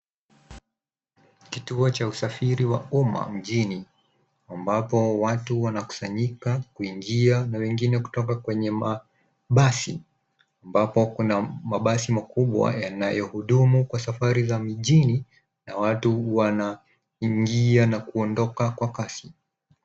Kituo cha usafiri wa umma mjini ambapo watu wanakusanyika kuingia na wengine kutoka kwenye mabasi ambapo kuna mabasi makubwa yanayohudumu kwa safari za mjini na watu wanaingia na kuondoka kwa kasi.